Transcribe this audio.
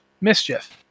mischief